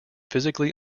physically